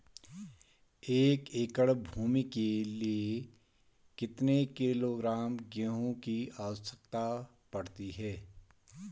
एक एकड़ भूमि के लिए कितने किलोग्राम गेहूँ की जरूरत पड़ती है?